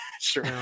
sure